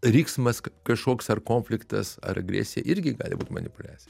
riksmas kažkoks ar konfliktas ar agresija irgi gali būt manipuliacija